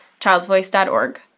childsvoice.org